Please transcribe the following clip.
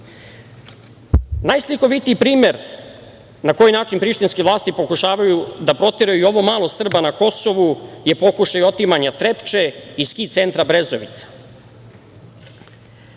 Evrope. Najslikovitiji primer na koji način prištinske vlasti pokušavaju da proteraju i ovo malo Srba na Kosovu je pokušaj otimanja Trepče i ski centra Brezovica.